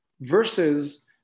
versus